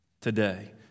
today